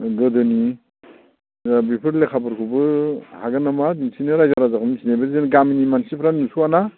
गोदोनि बेफोर लेखाफोरखौबो हागोन नामा दिन्थिनो राइजो राजाखौ मिथिनो जों गामिनि मानसिफ्रा नुस'वा ना